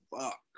Fuck